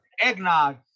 Eggnog